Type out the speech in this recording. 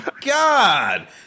god